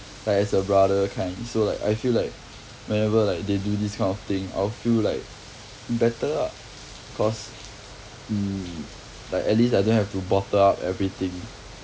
like as a brother kind so like I feel like whenever like they do this kind of thing I will feel like better ah cause mm like at least I didn't have to bottle up everything